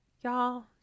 y'all